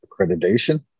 accreditation